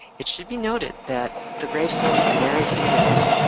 it should be noted that the gravestones of married females